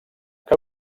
que